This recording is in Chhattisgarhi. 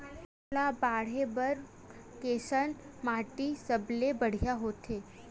फसल ला बाढ़े बर कैसन माटी सबले बढ़िया होथे?